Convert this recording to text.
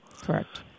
Correct